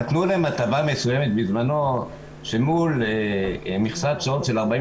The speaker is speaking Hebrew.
נתנו להן הטבה מסוימת בזמנו שמול מכסת שעות של 42,